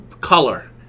color